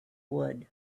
would